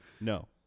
No